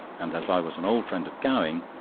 and as i was an old friend of gowing,